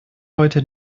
heute